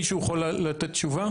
מישהו יכול לתת תשובה?